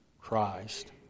Christ